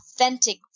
authentic